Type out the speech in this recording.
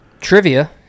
Trivia